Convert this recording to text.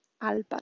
alba